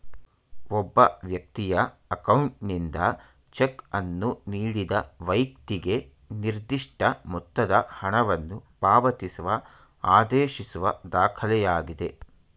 ಒಬ್ಬ ವ್ಯಕ್ತಿಯ ಅಕೌಂಟ್ನಿಂದ ಚೆಕ್ ಅನ್ನು ನೀಡಿದ ವೈಕ್ತಿಗೆ ನಿರ್ದಿಷ್ಟ ಮೊತ್ತದ ಹಣವನ್ನು ಪಾವತಿಸುವ ಆದೇಶಿಸುವ ದಾಖಲೆಯಾಗಿದೆ